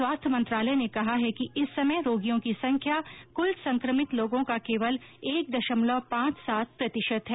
स्वास्थ्य मंत्रालय ने कहा है कि इस समय रोगियों की संख्या कल संक्रमित लोगों का केवल एक दशमलव पांच सात प्रतिशत है